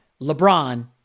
LeBron